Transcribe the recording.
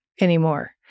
anymore